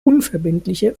unverbindliche